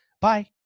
Bye